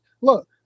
look